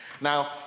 Now